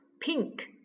pink